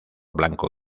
blanco